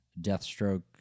deathstroke